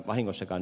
oikein